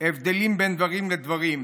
הבדלים בין דברים לדברים.